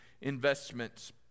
investments